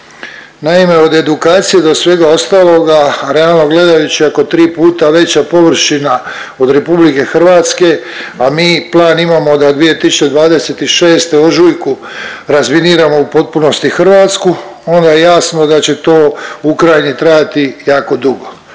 Naime, od edukacije o svega ostaloga realno gledajući ako tri puta veća površina od RH, a mi plan imamo da 2026. u ožujku razminiramo u potpunosti Hrvatsku onda je jasno da će to Ukrajini trajati jako dugo.